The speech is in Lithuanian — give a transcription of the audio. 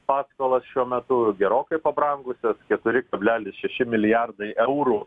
paskolos šiuo metu gerokai pabrangusios keturi kablelis šeši milijardai eurų